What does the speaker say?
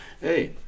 Hey